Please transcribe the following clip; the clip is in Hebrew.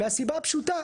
מהסיבה הפשוטה,